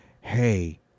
Hey